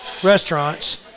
restaurants